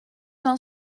n’en